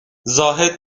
زاهد